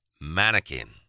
Mannequin